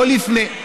לא לפני.